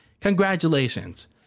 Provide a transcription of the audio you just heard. Congratulations